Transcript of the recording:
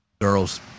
girls